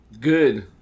good